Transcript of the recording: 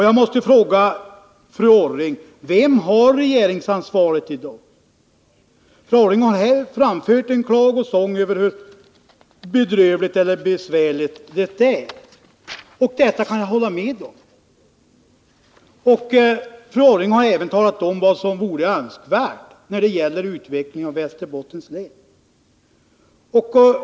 Jag måste fråga fru Orring: Vem har i dag regeringsansvaret? Fru Orring har här framfört en klagosång över hur bedrövligt eller besvärligt läget i Västerbotten är. Detta kan jag hålla med om. Fru Orring har även talat om vad som är önskvärt när det gäller utvecklingen i Västerbottens län.